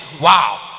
Wow